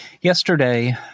Yesterday